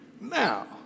Now